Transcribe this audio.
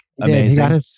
amazing